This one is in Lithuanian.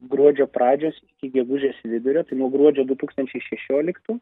gruodžio pradžios iki gegužės vidurio tai nuo gruodžio du tūkstančiai šešioliktų